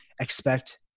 expect